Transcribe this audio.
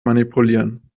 manipulieren